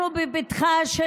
אנחנו בפתחה של